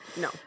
no